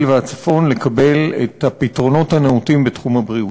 והצפון לקבל את הפתרונות הנאותים בתחום הבריאות.